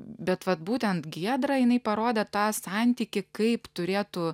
bet vat būtent giedra jinai parodė tą santykį kaip turėtų